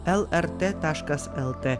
lrt taškas lt